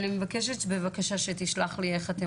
אני מבקשת בבקשה שתשלח לי איך אתם